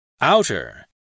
Outer